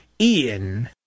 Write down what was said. Ian